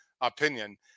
opinion